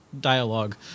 dialogue